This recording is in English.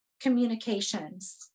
communications